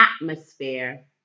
atmosphere